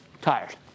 Tired